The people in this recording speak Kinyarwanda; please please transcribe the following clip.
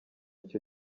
icyo